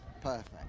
perfect